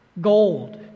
gold